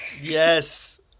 Yes